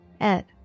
ed